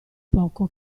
poco